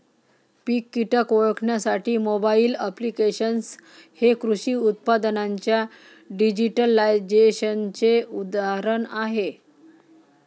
पीक कीटक ओळखण्यासाठी mobile applications हे कृषी उत्पादनांच्या डिजिटलायझेशनचे उदाहरण आहे